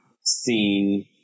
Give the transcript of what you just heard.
seen